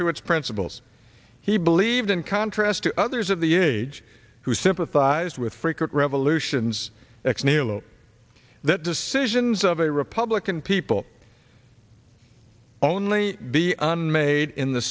to its principles he believed in contrast to others of the age who sympathized with frequent revolutions x knew that decisions of a republican people only be unmade in the